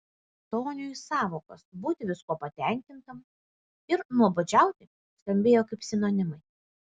toniui sąvokos būti viskuo patenkintam ir nuobodžiauti skambėjo kaip sinonimai